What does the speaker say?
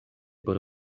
por